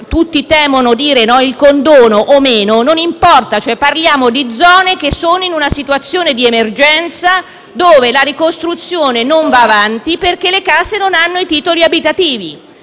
tutti temono - o altro non importa. Parliamo di zone che versano in una situazione di emergenza, dove la ricostruzione non va avanti perché le case non hanno i titoli abitativi.